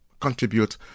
contribute